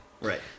Right